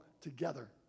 together